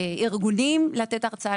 ולכל ארגון כדי לתת הרצאה.